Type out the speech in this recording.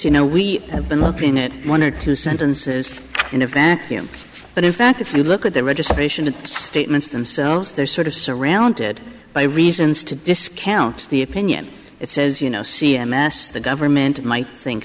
you know we have been looking it one or two sentences in a vacuum but in fact if you look at their registration statements themselves they're sort of surrounded by reasons to discount the opinion that says you know c m s the government might think